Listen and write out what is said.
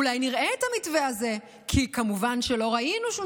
אולי נראה את המתווה הזה,